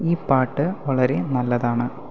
ഈ പാട്ട് വളരെ നല്ലതാണ്